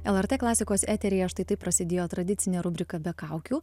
lrt klasikos eteryje štai taip prasidėjo tradicinė rubrika be kaukių